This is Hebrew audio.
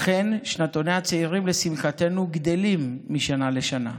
אכן שנתוני הצעירים, לשמחתנו, גדלים משנה לשנה.